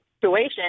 situation